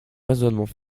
raisonnement